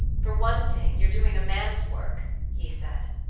for one thing, you are doing a man's work, he said.